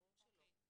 ברור שלא.